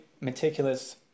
meticulous